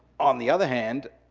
on the other hand,